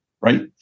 right